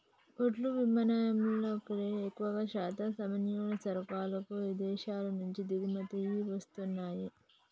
ఓడలు విమానాలల్లోకెల్లి ఎక్కువశాతం సామాన్లు, సరుకులు ఇదేశాల నుంచి దిగుమతయ్యి వస్తన్నయ్యి